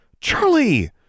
Charlie